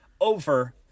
over